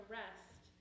rest